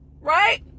right